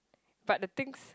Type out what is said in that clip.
but the things